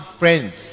friends